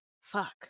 Fuck